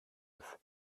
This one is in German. ist